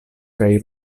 kaj